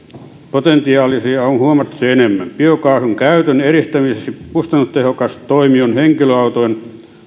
potentiaalia on huomattavasti enemmän biokaasun käytön edistämiseksi kustannustehokas toimi on henkilöautojen